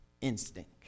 instinct